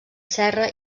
serra